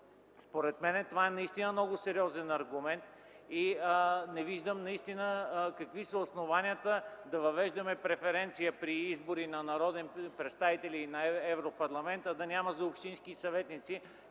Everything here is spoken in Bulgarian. Според мен това е наистина много сериозен аргумент и не виждам какви са основанията да въвеждаме преференция при избори за народни представители и за Европарламент, а да няма за общински съветници.